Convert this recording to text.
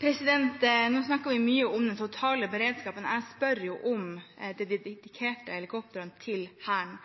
Nå snakker vi mye om den totale beredskapen. Jeg spør om de dedikerte helikoptrene til Hæren,